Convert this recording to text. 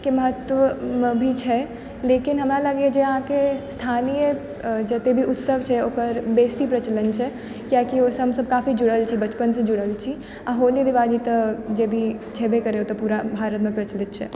के महत्व भी छै लेकिन हमरा लागैए जे अहाँके स्थानीय जते भी उत्सव छै ओकर बेसी प्रचलन छै कियाकि ओहिसँ काफी हमसब जुड़ल छी बचपनसँ जुड़ल छी आओर होली दीवाली तऽ जे भी छेबे करै से पूरा भारतमे प्रचलित छै